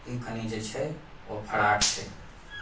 तऽ ई कनी जे छै ओ फराक छै